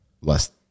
less